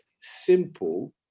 simple